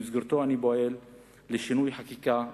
ובמסגרתו אני פועל לשינוי חקיקה,